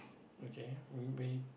okay w~ whe~